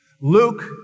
Luke